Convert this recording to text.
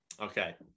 Okay